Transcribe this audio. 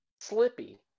Slippy